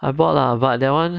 I bought lah but that one